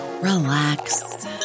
relax